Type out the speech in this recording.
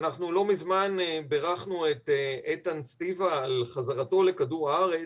אנחנו לא מזמן בירכנו את איתן סטיבה על חזרתו לכדור הארץ.